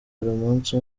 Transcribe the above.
umunsi